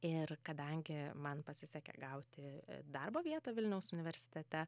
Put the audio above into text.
ir kadangi man pasisekė gauti darbo vietą vilniaus universitete